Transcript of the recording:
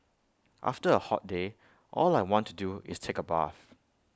after A hot day all I want to do is take A bath